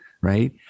right